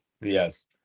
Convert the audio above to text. Yes